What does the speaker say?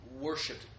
worshipped